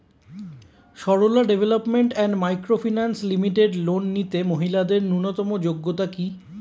Sarala development and micro finance limited loan নিতে মহিলাদের ন্যূনতম যোগ্যতা কী?